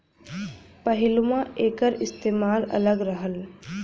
पहिलवां एकर इस्तेमाल अलग रहल